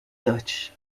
dutch